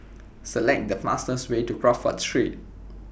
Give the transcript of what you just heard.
Select The fastest Way to Crawford Street